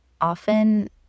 often